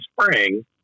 spring